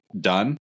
done